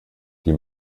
die